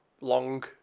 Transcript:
long